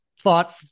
thought